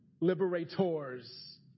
liberators